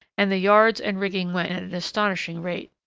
and the yards and rigging went at an astonishing rate.